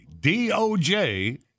doj